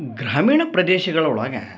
ಗ್ರಾಮೀಣ ಪ್ರದೇಶದಳೊಳಗೆ